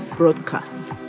broadcasts